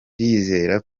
ndizera